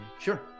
Sure